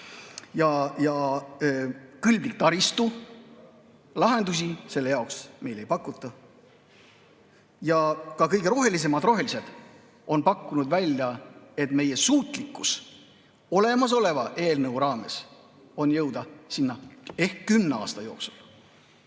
ja kõlblik taristu. Lahendusi selle jaoks meile ei pakuta. Ka kõige rohelisemad rohelised on pakkunud välja, et meie suutlikkus olemasoleva eelnõu raames on jõuda sinna ehk kümne aasta jooksul.